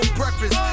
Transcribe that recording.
breakfast